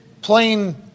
plain